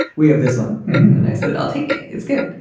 we have this one and i said, i'll take it. it's good.